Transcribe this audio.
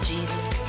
Jesus